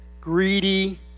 Greedy